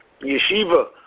Yeshiva